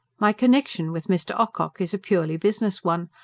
my connexion with mr. ocock is a purely business one.